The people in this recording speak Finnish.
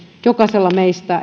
jokaisella meistä